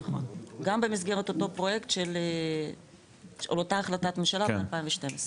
גם במסגרת אותו פרויקט של אותה החלטת ממשלה מ-2012.